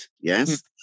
Yes